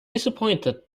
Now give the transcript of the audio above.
disappointed